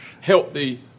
healthy